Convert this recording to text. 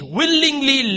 willingly